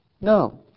No